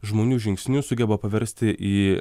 žmonių žingsnius sugeba paversti į